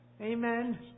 Amen